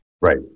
Right